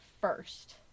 first